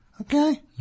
Okay